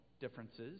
differences